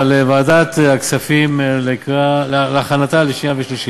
לוועדת הכספים להכנתה לקריאה שנייה ושלישית.